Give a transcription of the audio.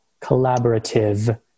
collaborative